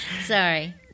Sorry